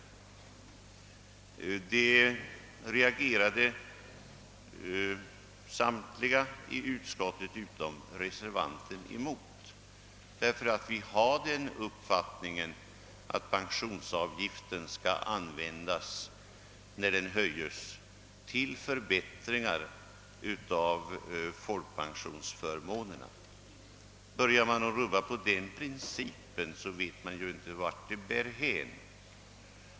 Detta reagerade samtliga i utskottet utom reservanten emot. Vi har nämligen den uppfattningen att höjningen av pensionsavgiften bör användas till förbättringar av folkpensionsförmånerna. Börjar man rubba på den principen vet man inte vart det bär hän.